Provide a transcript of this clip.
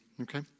Okay